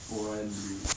orion blue